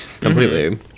completely